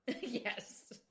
Yes